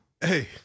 hey